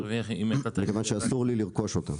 מכיוון שאסור לי לרכוש אותם.